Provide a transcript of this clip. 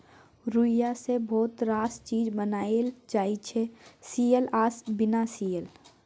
रुइया सँ बहुत रास चीज बनाएल जाइ छै सियल आ बिना सीयल